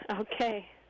Okay